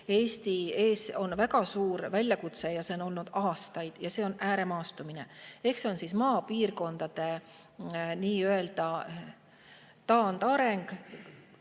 Eesti ees on väga suur väljakutse – see on olnud aastaid – ja see on ääremaastumine. See on maapiirkondade nii-öelda taandareng,